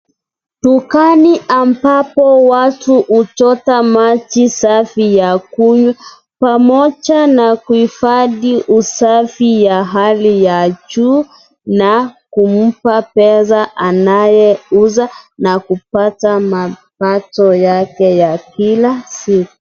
Dukani ambapo watu huchota maji safi ya kunywa pamoja na kuhifadhi usafi wa hali ya juu na kumpa pesa anayeuza na kupata mapato yake ya kila siku.